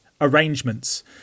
arrangements